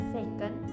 Second